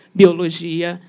biologia